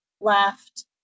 left